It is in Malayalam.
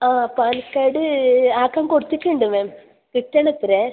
ആ പാൻ കാർഡ് ആക്കാൻ കൊടുത്തിട്ടുണ്ട് മാം കിട്ടണമത്രെ